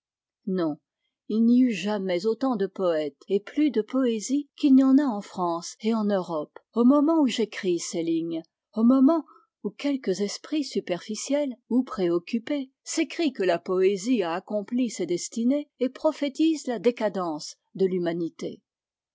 non il n'y eut jamais autant de poètes et plus de poésie qu'il n'y en a en france et en europe au moment où j'écris ces lignes au moment où quelques esprits superficiels ou préoccupés s'écrient que la poésie a accompli ses destinées et prophétisent la décadence de l'humanité